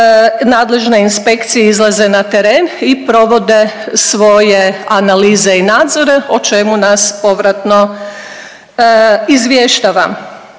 nadležna inspekcije izlaze na teren i provode svoje analize i nadzore, o čemu nas povratno izvještava.